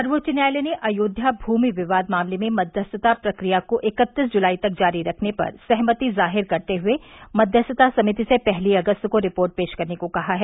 सर्वोच्च न्यायालय ने अयोध्या भूमि विवाद मामले में मध्यस्थता प्रक्रिया को इकत्तीस जुलाई तक जारी रखने पर सहमति जाहिर करते हुए मध्यस्थता समिति से पहली अगस्त को रिपोर्ट पेश करने को कहा है